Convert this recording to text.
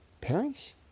parents